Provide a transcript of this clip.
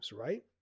right